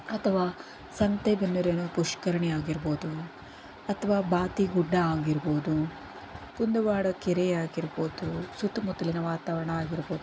ಅಥವಾ ಸಂತೇಬೇನ್ನೂರಿನ ಪುಷ್ಕರಿಣಿ ಆಗಿರ್ಬೋದು ಅಥವಾ ಬಾತಿ ಗುಡ್ಡ ಆಗಿರ್ಬೋದು ಕುಂದುವಾಡ ಕೆರೆ ಆಗಿರ್ಬೋದು ಸುತ್ತಮುತ್ತಲಿನ ವಾತಾವರಣ ಆಗಿರ್ಬೋದು